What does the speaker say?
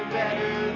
better